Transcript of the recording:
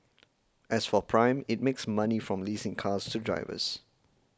as for Prime it makes money from leasing cars to drivers